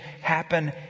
happen